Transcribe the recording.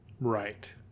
Right